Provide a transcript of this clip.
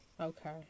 okay